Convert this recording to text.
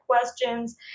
questions